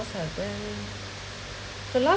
I went the last